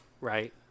right